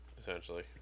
essentially